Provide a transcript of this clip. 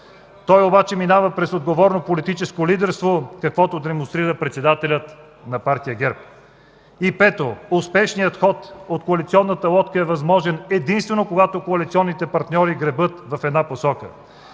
Той обаче минава през отговорно политическо лидерство, каквото демонстрира председателят на Партия ГЕРБ. И пето, успешният ход на коалиционната лодка е възможен единствено когато коалиционните партньори гребат в една посока.